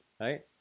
Right